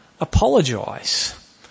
apologise